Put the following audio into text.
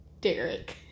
Derek